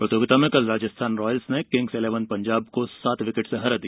प्रतियोगिता में कल राजस्थान रॉयल्स ने किंग्स इलेवन पंजाब को सात विकेट से हरा दिया